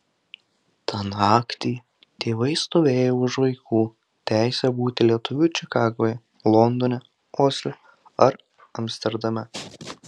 tą naktį tėvai stovėjo už vaikų teisę būti lietuviu čikagoje londone osle ar amsterdame